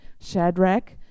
Shadrach